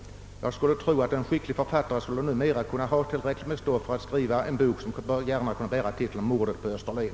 Jag tror att en skicklig författare skulle kunna finna rätt mycket stoff för att skriva en bok som gärna kunde ha titeln »Mordet på Österlen».